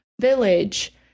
village